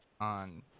on